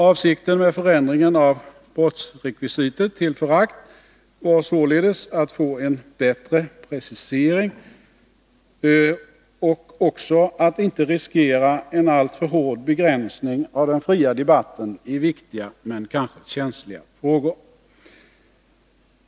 Avsikten med förändringen av brottsrekvisitet till förakt var således att få en bättre precisering och att inte riskera en alltför hård begränsning av den fria debatten i viktiga men kanske känsliga frågor.